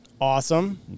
Awesome